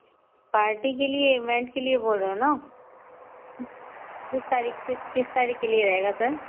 party के लिए event के लिए बोल रहे हो न किस तारीख से किस तारीख के लिए रहेगा सर